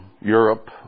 Europe